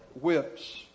whips